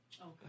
Okay